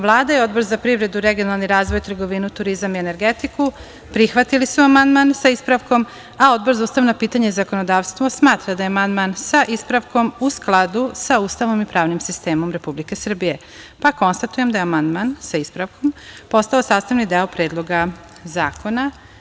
Vlada i Odbor za privredu, regionalni razvoj, trgovinu, turizam i energetiku prihvatili su amandman, sa ispravkom, a Odbor za ustavna pitanja i zakonodavstvo smatra da je amandman, sa ispravkom, u skladu sa Ustavom i pravnim sistemom Republike Srbije, pa konstatujem da je amandman, sa ispravkom, postao sastavni deo Predloga zakona.